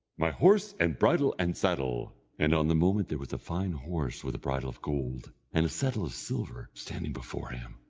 my horse, and bridle, and saddle! and on the moment there was a fine horse with a bridle of gold, and a saddle of silver, standing before him.